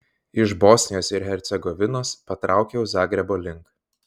iš bosnijos ir hercegovinos patraukiau zagrebo link